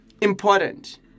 important